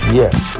yes